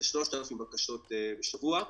ל-3,000 בקשות בשבוע.